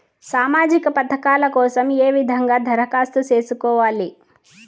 సామాజిక పథకాల కోసం ఏ విధంగా దరఖాస్తు సేసుకోవాలి